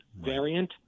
variant